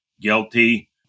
guilty